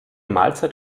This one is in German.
mahlzeit